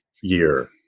year